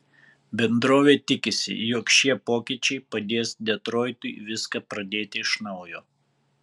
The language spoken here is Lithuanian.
bendrovė tikisi jog šie pokyčiai pradės detroitui viską pradėti iš naujo